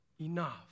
enough